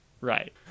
right